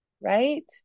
right